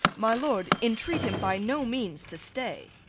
my lord, entreat him by no means to stay.